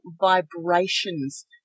vibrations